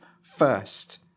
first